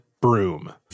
broom